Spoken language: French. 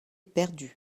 perdus